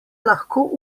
lahko